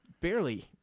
Barely